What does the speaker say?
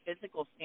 physical